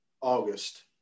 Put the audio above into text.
August